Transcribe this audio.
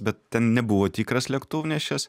bet ten nebuvo tikras lėktuvnešis